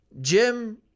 Jim